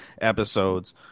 episodes